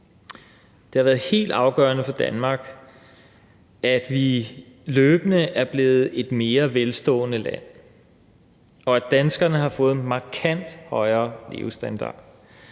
Det har været helt afgørende for Danmark, at vi løbende er blevet et mere velstående land, og at danskerne har fået en markant højere levestandard.